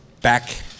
back